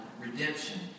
redemption